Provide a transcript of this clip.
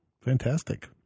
fantastic